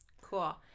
cool